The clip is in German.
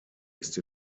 ist